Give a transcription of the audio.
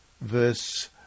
verse